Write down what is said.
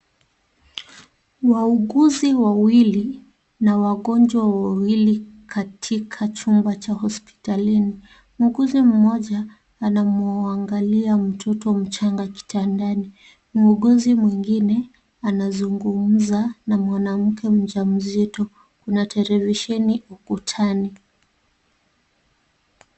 Wauguzi wawili na wagonjwa wawili katika chumba cha hospitalini. Muuguzi mmoja anamwangalia mtoto mchanga kitandani, muuguzi mwingine anazungumza na mwanamke mjamzito. Kuna televisheni ukutani.